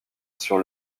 sur